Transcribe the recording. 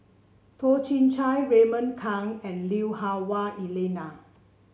Toh Chin Chye Raymond Kang and Lui Hah Wah Elena